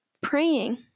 praying